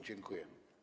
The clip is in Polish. Dziękuję.